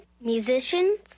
musicians